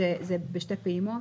הכול רטרואקטיבי, בשתי פעימות.